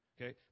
Okay